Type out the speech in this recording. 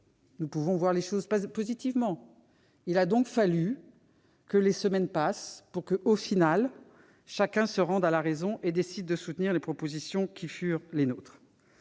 Nous pouvons voir les choses positivement : il a donc fallu que les semaines passent pour qu'en définitive chacun se rende à la raison et décide de soutenir les propositions qui furent les nôtres.